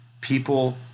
people